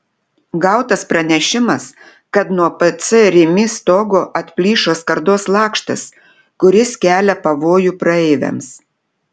gautas pranešimas kad nuo pc rimi stogo atplyšo skardos lakštas kuris kelia pavojų praeiviams